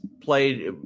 played